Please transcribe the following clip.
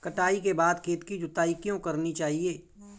कटाई के बाद खेत की जुताई क्यो करनी चाहिए?